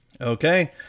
Okay